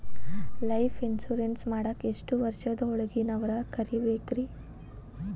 Life insurance ಮಾಡಾಕ ಎಷ್ಟು ವರ್ಷದ ಒಳಗಿನವರಾಗಿರಬೇಕ್ರಿ?